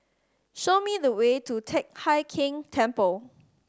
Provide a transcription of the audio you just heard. show me the way to Teck Hai Keng Temple